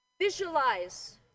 Visualize